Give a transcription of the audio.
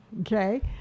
Okay